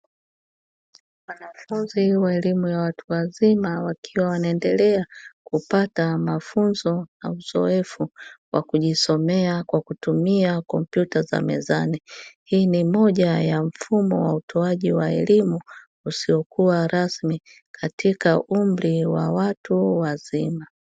Wanafunzi wa elimu ya watu wazima wakiwa wanaendelea kupata mafunzo na uzoefu wa kujisomea kwa kutumia kompyuta za mezani, hii ni moja ya mfumo wa utoaji wa elimu usiokuwa rasmi katika umri wa watu wazima.